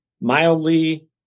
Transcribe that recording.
mildly